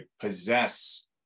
possess